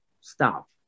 stop